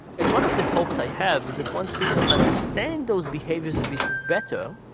and one of the hopes i have is that once people understand those behaviours a bit better,